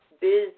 business